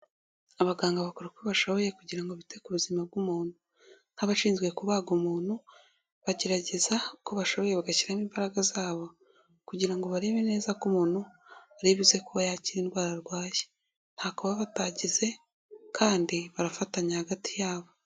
Abaganga bakora uko bashoboye kugira ngo bite ku buzima bw'umuntu. Nk'abashinzwe kubaga umuntu bagerageza uko bashoboye bagashyiramo imbaraga zabo kugira ngo barebe neza ko umuntu ari buze kuba yakira indwara arwaye. Ntako baba batagize kandi barafatanya hagati yabo.